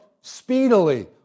speedily